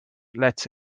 lets